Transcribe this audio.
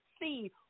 see